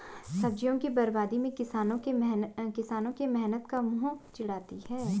सब्जियों की बर्बादी भी किसानों के मेहनत को मुँह चिढ़ाती है